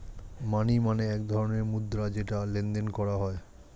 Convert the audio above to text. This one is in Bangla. মানি মানে এক ধরণের মুদ্রা যেটা লেনদেন করা হয়